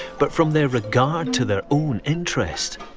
but from their regard to their own interest.